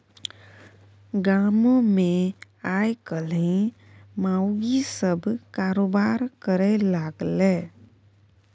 गामोमे आयकाल्हि माउगी सभ कारोबार करय लागलै